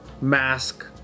mask